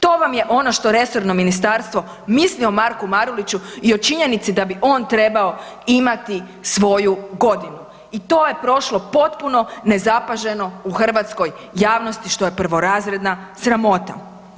To vam je ono što resorno ministarstvo misli o Marku Maruliću i o činjenici da bi on trebao imati svoju godinu i to je prošlo potpuno nezapaženo u hrvatskoj javnosti što je prvorazredna sramota.